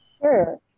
Sure